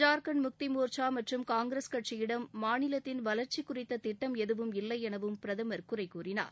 ஜார்கண்ட் முக்தி மோர்ச்சா மற்றும் காங்கிரஸ் கட்சியிடம் மாநிலத்தின் வளர்ச்சி குறித்து திட்டம் எதுவும் இல்லை எனவும் பிரதமர் குறை கூறினார்